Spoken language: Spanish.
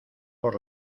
por